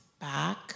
back